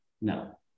No